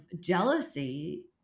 jealousy